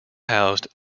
housed